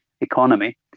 economy